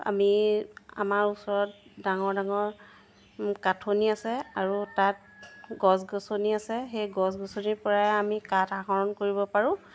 আমি আমাৰ ওচৰত ডাঙৰ ডাঙৰ কাঠনি আছে আৰু তাত গছ গছনি আছে সেই গছ গছনিৰ পৰাই আমি কাঠ আহৰণ কৰিব পাৰোঁ